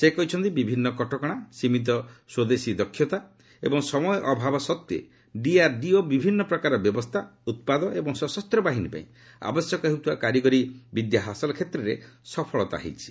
ସେ କହିଛନ୍ତି ବିଭିନ୍ନ କଟକଣା ସୀମିତ ସ୍ୱଦେଶୀ ଦକ୍ଷତା ଏବଂ ସମୟ ଅଭାବ ସତ୍ତ୍ୱେ ଡିଆର୍ଡିଓ ବିଭିନ୍ନ ପ୍ରକାର ବ୍ୟବସ୍ଥା ଉତ୍ପାଦ ଏବଂ ସଶସ୍ତ ବାହିନୀ ପାଇଁ ଆବଶ୍ୟକ ହେଉଥିବା କାରିଗରୀ ବିଦ୍ୟା ହାସଲ କ୍ଷେତ୍ରରେ ସଫଳତା ହାସଲ କରିଛି